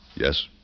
Yes